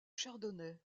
chardonnay